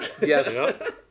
Yes